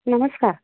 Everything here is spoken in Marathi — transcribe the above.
नमस्कार